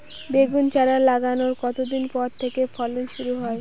বেগুন চারা লাগানোর কতদিন পর থেকে ফলন শুরু হয়?